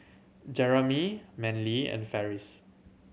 Jeremy Manly and Farris